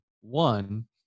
One